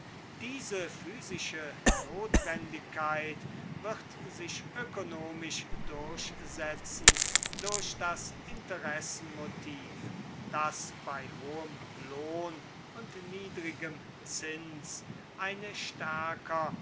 diese physische notwendigkeit wird sich ökonomisch durchsetzen durch das interessenmotiv daß bei hohem lohn und niedrigem zins eine stärker